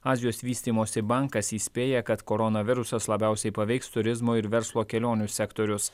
azijos vystymosi bankas įspėja kad koronavirusas labiausiai paveiks turizmo ir verslo kelionių sektorius